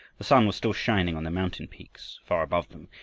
the sun was still shining on the mountain-peaks far above them,